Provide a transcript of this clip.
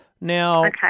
Now